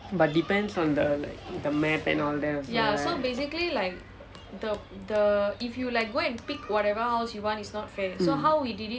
but depend on the like the math and all that also right mm